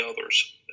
others